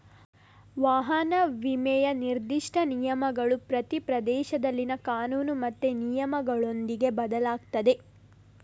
ವಾಹನ ವಿಮೆಯ ನಿರ್ದಿಷ್ಟ ನಿಯಮಗಳು ಪ್ರತಿ ಪ್ರದೇಶದಲ್ಲಿನ ಕಾನೂನು ಮತ್ತೆ ನಿಯಮಗಳೊಂದಿಗೆ ಬದಲಾಗ್ತದೆ